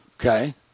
Okay